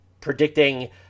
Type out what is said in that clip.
Predicting